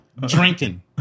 Drinking